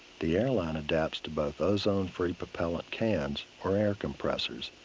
the air line adapts to both ozone-free propellant cans or air compressors.